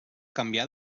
canviar